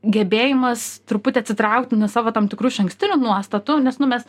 gebėjimas truputį atsitraukti nuo savo tam tikrų išankstinių nuostatų nes nu mes